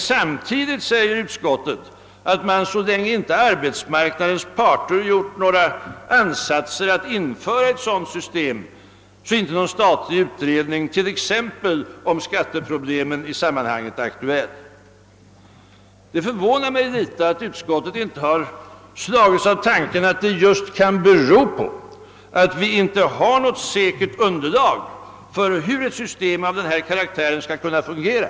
Samtidigt säger utskottet att så länge inte arbetsmarknadens parter gjort nägra ansatser att införa ett sådant system är inte någon statlig utredning om t.ex. skatteproblemen i sammanhanget aktuell. Det förvånar mig något att utskottet inte slagits av tanken att detta kan bero just på att vi inte har något säkert underlag för hur ett system av denna karaktär skall kunna fungera.